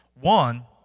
One